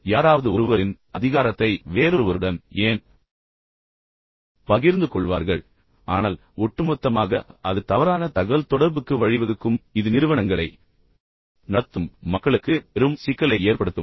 எனவே யாராவது ஒருவரின் அதிகாரத்தை வேறொருவருடன் ஏன் பகிர்ந்து கொள்வார்கள் ஆனால் ஒட்டுமொத்தமாக அது தவறான தகவல்தொடர்புக்கு வழிவகுக்கும் இது நிறுவனங்களை நடத்தும் மக்களுக்கு பெரும் சிக்கலை ஏற்படுத்தும்